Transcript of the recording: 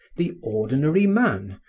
the ordinary man,